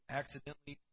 accidentally